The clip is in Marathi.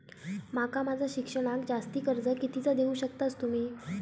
माका माझा शिक्षणाक जास्ती कर्ज कितीचा देऊ शकतास तुम्ही?